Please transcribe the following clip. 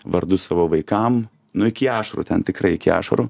vardus savo vaikam nu iki ašarų ten tikrai iki ašarų